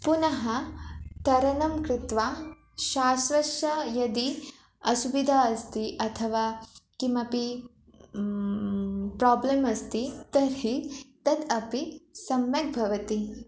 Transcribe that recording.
पुनः तरणं कृत्वा श्वासस्य यदि असुविधा अस्ति अथवा किमपि प्रोब्लम् अस्ति तर्हि तत् अपि सम्यक् भवति